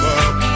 up